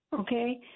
Okay